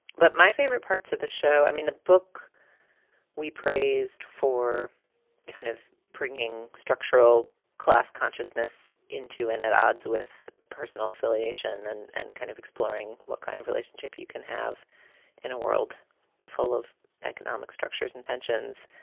but my favorite parts of the show, i mean, the book we praised for kind of bringing structural class consciousness into and at odds with personal affiliation and and kind of exploring what kind of relationship you can have in a world full of economic structures and tensions.